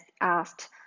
asked